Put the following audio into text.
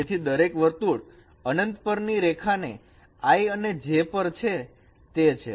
તેથી દરેક વર્તુળ અનંત પર ની રેખા ને I અને J પર છે તે છે